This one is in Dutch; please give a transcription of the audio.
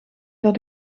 dat